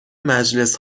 مجلس